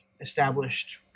established